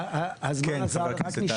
כן, חבר הכנסת טל.